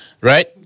Right